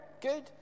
Good